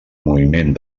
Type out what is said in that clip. moviment